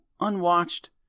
unwatched